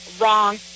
wrong